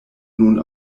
nun